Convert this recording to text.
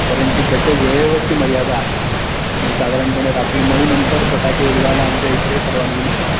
परंतु त्याच्या वेळेवरती मर्यादा आहे म्हण साधारणपणे रात्री नऊनंतर फटाके उडवायला आमच्या इथे परवानगी नाही